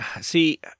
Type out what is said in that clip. see